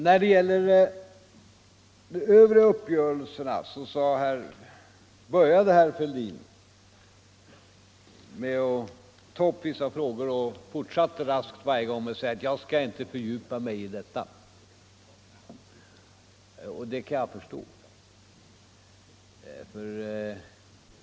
När det gäller de övriga uppgörelserna började herr Fälldin med att ta upp vissa frågor och fortsatte raskt varje gång med att säga: ”Jag skall inte fördjupa mig i detta.” Det kan jag förstå.